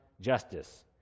justice